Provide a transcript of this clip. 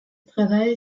travaille